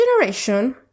generation